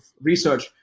research